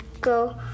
Go